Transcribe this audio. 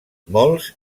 molts